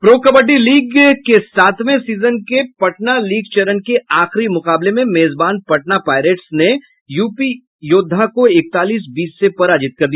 pro kabaddi league सातवें season Patna league चरण के आखिरी मुकाबले में पटना पायरेट्स ने यूपी योद्धा को इकतालीस बीस से पराजित किया